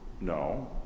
No